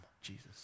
Jesus